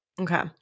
Okay